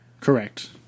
correct